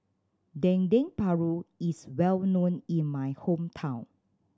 Dendeng Paru is well known in my hometown